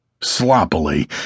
Sloppily